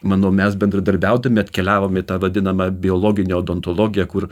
manau mes bendradarbiaudami atkeliavome į tą vadinamą biologinę odontologiją kur